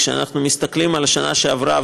כשאנחנו מסתכלים על השנה שעברה,